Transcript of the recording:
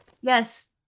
Yes